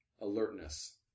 alertness